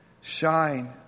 Shine